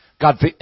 God